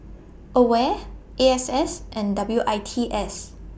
AWARE E X S and W I T S